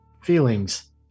feelings